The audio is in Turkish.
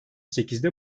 sekizde